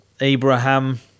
Abraham